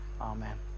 Amen